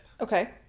Okay